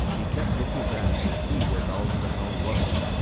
he kept looking back to see where bowser the hound was,